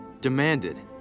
Demanded